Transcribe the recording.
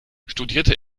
studierte